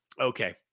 Okay